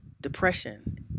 depression